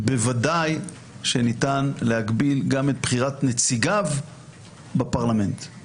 בוודאי שניתן להגביל גם את בחירת נציגיו בפרלמנט.